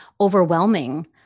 overwhelming